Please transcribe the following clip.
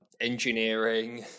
engineering